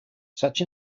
such